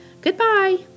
Goodbye